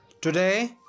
Today